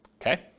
Okay